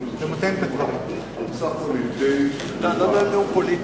אבל בסך הכול היא די קבועה ודי ניתנת,